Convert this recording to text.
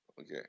Okay